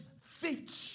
feet